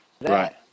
Right